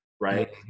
right